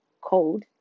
cold